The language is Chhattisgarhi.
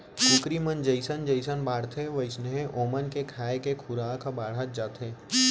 कुकरी मन जइसन जइसन बाढ़थें वोइसने ओमन के खाए के खुराक ह बाढ़त जाथे